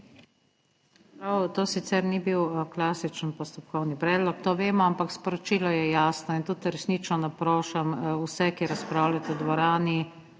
to sicer ni bil klasičen postopkovni predlog, to vemo, ampak sporočilo je jasno in tudi resnično naprošam vse, ki razpravljate v dvorani;